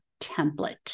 template